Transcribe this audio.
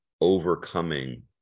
overcoming